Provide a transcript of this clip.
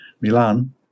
Milan